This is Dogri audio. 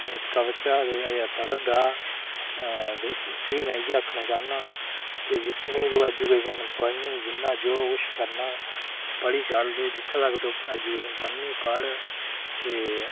निक्का बच्चा ते अजै पढ़ा दा ते उसी में इ'यै आखना चाह्न्नां के जि'न्नी तू एजूकेशन पढ़नी जि'न्ना जे कुछ करना तोह् पढ़ी चल तू जित्थें धोड़ी एजूकेशन पढ़नी पढ़ ते